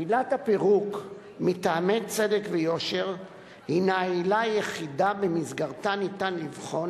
עילת הפירוק מטעמי צדק ויושר הינה העילה היחידה שבמסגרתה ניתן לבחון,